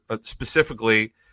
specifically